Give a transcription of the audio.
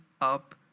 up